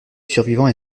survivant